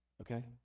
okay